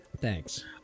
Thanks